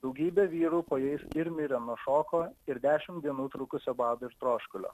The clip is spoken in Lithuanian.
daugybė vyrų po jais ir mirė nuo šoko ir dešimt dienų trukusio bado ir troškulio